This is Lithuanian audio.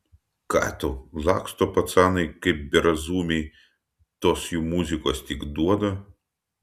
ką tu laksto pacanai kaip berazumiai tos jų muzikos tik duoda